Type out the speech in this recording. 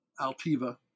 Altiva